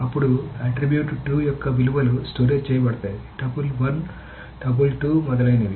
అప్పుడు ఆట్రిబ్యూట్ 2 యొక్క విలువలు స్టోరేజ్ చేయబడతాయి టపుల్ 1 టపుల్ 2 మొదలైనవి